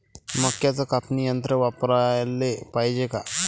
मक्क्याचं कापनी यंत्र वापराले पायजे का?